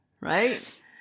Right